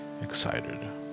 excited